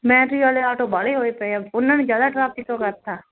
ਮੈਹਦੀ ਆਲੇ ਆਟੋ ਬਾਹਲੇ ਹੋਏ ਪਏ ਆ ਉਹਨਾਂ ਨੇ ਜਿਆਦਾ ਟ੍ਰੈਫਿਕ ਉਹ ਕਰਤਾ